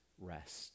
rest